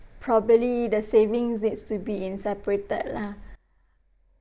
probably the savings needs to be in separated lah